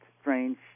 strange